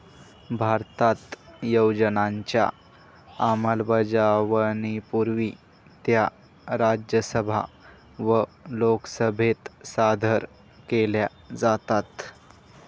भारतात योजनांच्या अंमलबजावणीपूर्वी त्या राज्यसभा व लोकसभेत सादर केल्या जातात